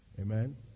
Amen